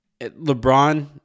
LeBron